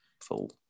full